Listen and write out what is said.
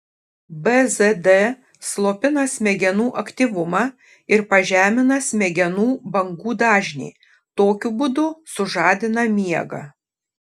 bzd slopina smegenų aktyvumą ir pažemina smegenų bangų dažnį tokiu būdu sužadina miegą